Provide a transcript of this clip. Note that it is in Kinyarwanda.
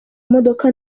imodoka